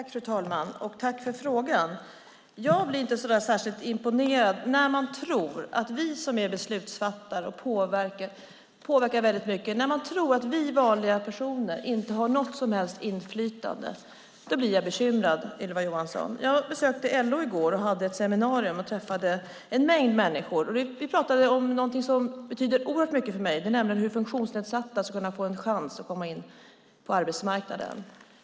Fru talman! Jag tackar Ylva Johansson för frågan. Jag blir bekymrad när Ylva Johansson tror att vi beslutsfattare som påverkar mycket inte har något som helst inflytande. Jag besökte LO i går på ett seminarium och träffade en mängd människor. Vi talade om något som betyder mycket för mig, nämligen hur funktionsnedsatta ska få en chans att komma in på arbetsmarknaden.